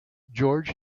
george